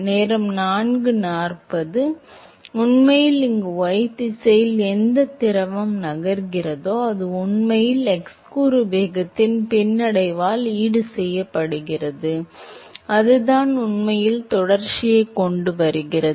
மாணவர் ஏனெனில் உண்மையில் இங்கு y திசையில் எந்த திரவம் நகர்கிறதோ அது உண்மையில் x கூறு வேகத்தின் பின்னடைவால் ஈடுசெய்யப்படுகிறது அதுதான் உண்மையில் தொடர்ச்சியைக் கொண்டுவருகிறது